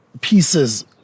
pieces